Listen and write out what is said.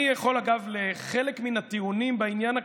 אני יכול להתחבר לחלק מן הטיעונים בעניין הכלכלי.